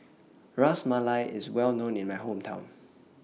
Ras Malai IS Well known in My Hometown